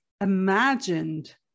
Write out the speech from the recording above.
imagined